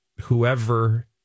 whoever